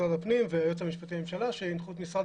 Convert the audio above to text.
משרד הפנים והיועץ המשפטי לממשלה שהנחו את משרד